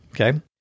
Okay